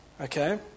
Okay